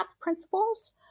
principles